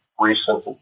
recent